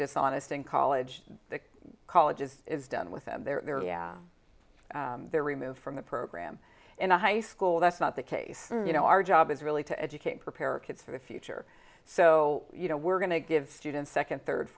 dishonest in college colleges is done with them there yeah they're removed from the program in a high school that's not the case you know our job is really to educate prepare kids for the future so you know we're going to give students second third